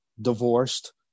divorced